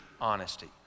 honesty